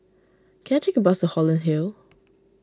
can I take a bus Holland Hill